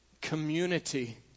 community